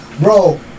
Bro